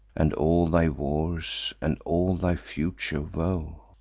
and all thy wars, and all thy future woe,